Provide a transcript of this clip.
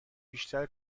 بیشتر